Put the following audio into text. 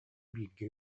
бииргэ